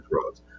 drugs